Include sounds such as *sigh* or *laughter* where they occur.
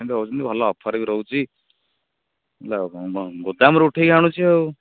ସେମିତି ହେଉଛନ୍ତି ଭଲ ଅଫର୍ ବି ରହୁଛି *unintelligible* ଗୋଦାମ୍ରୁ ଉଠେଇ ଆଣୁଛି ଆଉ